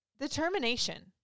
Determination